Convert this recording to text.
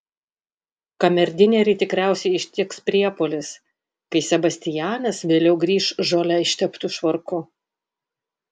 kamerdinerį tikriausiai ištiks priepuolis kai sebastianas vėliau grįš žole išteptu švarku